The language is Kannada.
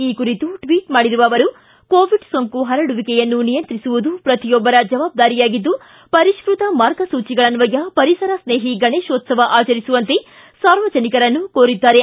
ಈ ಕುರಿತು ಟ್ವಿಟ್ ಮಾಡಿರುವ ಅವರು ಕೋವಿಡ್ ಸೋಂಕು ಪರಡುವಿಕೆಯನ್ನು ನಿಯಂತ್ರಿಸುವುದು ಪ್ರತಿಯೊಬ್ಬರ ಜವಾಬ್ದಾರಿಯಾಗಿದ್ದು ಪರಿಷ್ಟಕ ಮಾರ್ಗಸೂಚಿಗಳನ್ನಯ ಪರಿಸರ ಸ್ನೇಹಿ ಗಣೇಶೋತ್ಸವ ಆಚರಿಸುವಂತೆ ಸಾರ್ವಜನಿಕರನ್ನು ಕೋರಿದ್ದಾರೆ